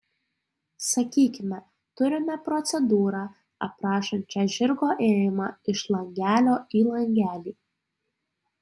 sakykime turime procedūrą aprašančią žirgo ėjimą iš langelio į langelį